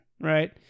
right